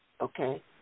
Okay